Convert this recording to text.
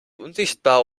unsichtbar